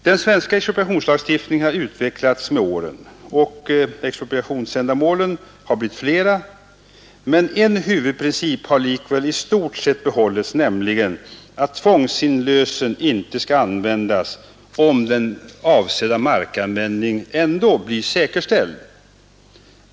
Den svenska expropriationslagstiftningen har utvecklats under åren, och expropriationsändamålen har blivit flera, men en huvudprincip har i stort sett behållits, nämligen att tvängsinlösen inte skall förekomma om den avsedda markanvändningen ändä blir säkerställd.